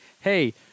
hey